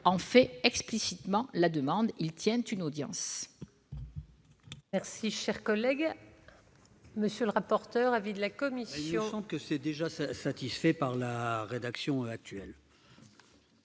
en fait explicitement la demande, il tient une audience.